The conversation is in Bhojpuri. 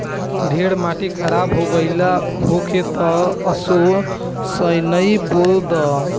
ढेर माटी खराब हो गइल होखे तअ असो सनइ बो दअ